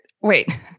wait